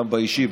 גם באישי,